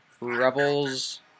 Rebels